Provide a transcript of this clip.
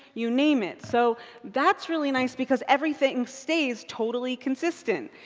you name it. so that's really nice, because everything stays totally consistent.